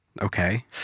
Okay